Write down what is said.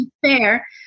fair